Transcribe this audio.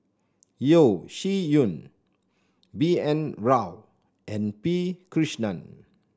Yeo Shih Yun B N Rao and P Krishnan